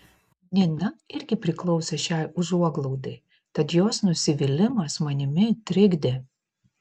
nina irgi priklausė šiai užuoglaudai tad jos nusivylimas manimi trikdė